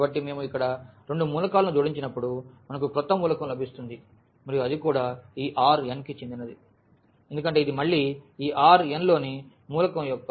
కాబట్టి మేము ఇక్కడ రెండు మూలకాలను జోడించినప్పుడు మనకు క్రొత్త మూలకం లభిస్తుంది మరియు అది కూడా ఈ Rnకి చెందినది ఎందుకంటే ఇది మళ్ళీ ఈ Rn లోని మూలకం యొక్క మూలకం Rn